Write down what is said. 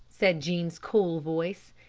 said jean's cool voice.